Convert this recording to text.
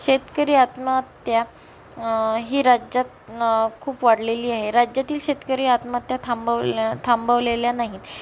शेतकरी आत्महत्या ही राज्यात खूप वाढलेली आहे राज्यातील शेतकरी आत्महत्या थांबवल्या थांबवलेल्या नाहीत